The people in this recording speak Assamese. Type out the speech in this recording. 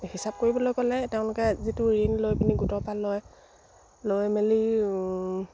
হিচাপ কৰিবলৈ গ'লে তেওঁলোকে যিটো ঋণ লৈ পিনি গোটৰপা লয় লৈ মেলি